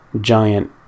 giant